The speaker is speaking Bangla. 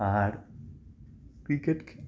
আর ক্রিকেট খেলা